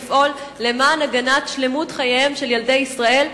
לפעול להגנת שלמות חייהם של ילדי ישראל,